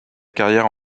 carrière